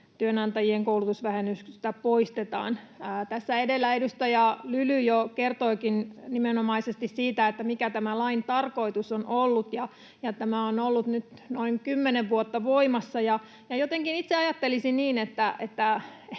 työnantajien koulutusvähennys poistetaan. Tässä edellä edustaja Lyly jo kertoikin nimenomaisesti siitä, mikä tämä lain tarkoitus on ollut. Tämä on ollut nyt noin kymmenen vuotta voimassa, ja jotenkin itse ajattelisin niin,